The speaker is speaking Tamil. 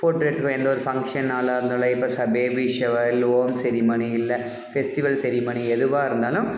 ஃபோட்டோ எடுத்துடுவோம் எந்த ஒரு ஃபங்க்ஷன் நாளாக இருந்தாலோ இல்லை பேபி ஷவர் இல்லை ஹோம் செரிமனி இல்லை ஃபெஸ்டிவல் செரிமனி எதுவாக இருந்தாலும்